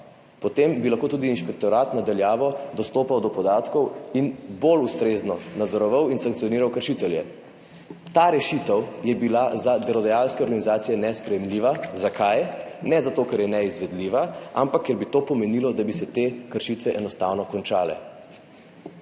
potem bi lahko tudi inšpektorat na daljavo dostopal do podatkov in bolj ustrezno nadzoroval in sankcioniral kršitelje. Ta rešitev je bila za delodajalske organizacije nesprejemljiva. Zakaj? Ne zato, ker je neizvedljiva, ampak ker bi to pomenilo, da bi se te kršitve enostavno končale.